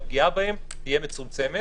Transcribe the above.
הפגיעה בהם תהיה מצומצמת.